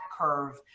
curve